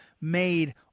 made